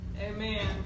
Amen